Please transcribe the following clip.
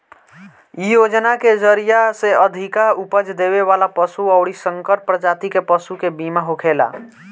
इ योजना के जरिया से अधिका उपज देवे वाला पशु अउरी संकर प्रजाति के पशु के बीमा होखेला